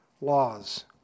laws